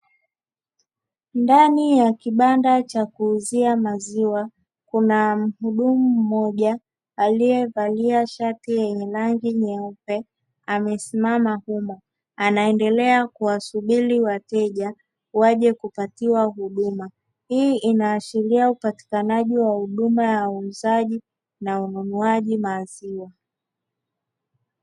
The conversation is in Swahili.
Ndani ya kibanda cha kuuzia maziwa kuna mhudumu mmoja aliyevalia shati yenye rangi nyeupe amesimama humo, anaendelea kuwasubiri wateja waje kupatiwa huduma; hii inaashiria upatikanaji wa huduma ya uuzaji na ununuaji maziwa.